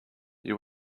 you